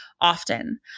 often